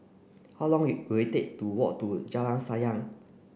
how long it will it take to walk to Jalan Sayang